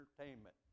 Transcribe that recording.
entertainment